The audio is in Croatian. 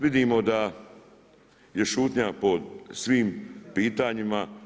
Vidimo da je šutnja pod svim pitanjima.